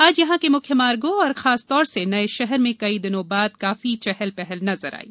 आज यहां के मुख्य मार्गों और खासतौर से नए शहर में कई दिनों बाद काफी चहल पहल नजर आयी